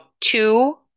two